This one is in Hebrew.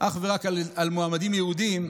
אך ורק על מועמדים יהודים,